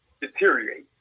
deteriorate